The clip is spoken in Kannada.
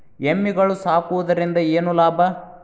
ಎಮ್ಮಿಗಳು ಸಾಕುವುದರಿಂದ ಏನು ಲಾಭ?